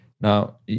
Now